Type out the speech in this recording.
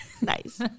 Nice